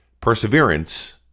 Perseverance